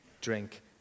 drink